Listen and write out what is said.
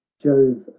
jove